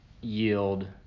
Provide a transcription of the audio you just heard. yield